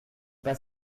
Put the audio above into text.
pas